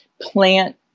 plant